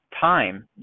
time